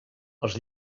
els